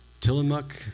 Tillamook